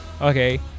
okay